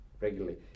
regularly